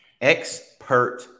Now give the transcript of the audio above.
Expert